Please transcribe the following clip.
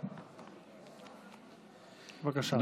בבקשה.